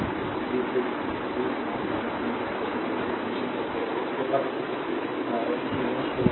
तो अब ors के नियम को ६ 6 अवरोधक पर लागू करना है क्योंकि यह मैंने अभी बताया है कि यह v0 ३ i होगा